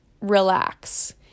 relax